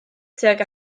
tuag